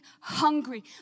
hungry